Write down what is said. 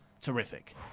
terrific